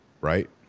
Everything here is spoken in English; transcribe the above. right